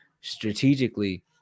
strategically